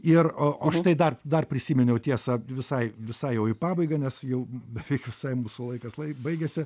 ir o o štai dar dar prisiminiau tiesa visai visai jau į pabaigą nes jau beveik visai mūsų laikas lai baigiasi